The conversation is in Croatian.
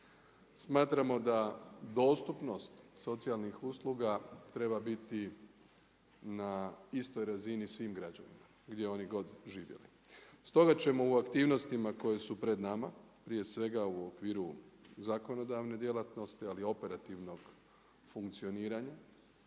Smatramo da dostupnost socijalnih usluga treba biti na istoj razini svim građanima gdje oni god živjeli. Stoga ćemo u aktivnostima koje su pred nama, prije svega u okviru zakonodavne djelatnosti ali operativnog funkcioniranja